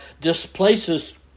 displaces